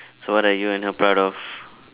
so what are you and her part of